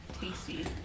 Tasty